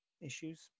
issues